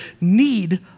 need